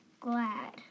glad